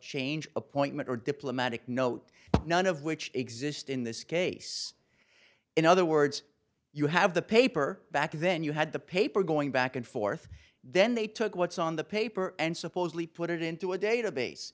change appointment or diplomatic note none of which exist in this case in other words you have the paper back then you had the paper going back and forth then they took what's on the paper and supposedly put it into a database